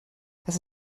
dass